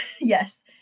Yes